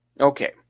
Okay